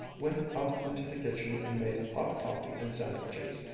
went out into the kitchen and made hot coffee and sandwiches,